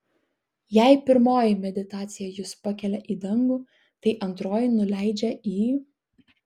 jei pirmoji meditacija jus pakelia į dangų tai antroji nuleidžia į